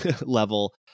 level